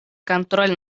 контроль